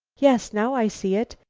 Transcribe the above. yes, now i see it.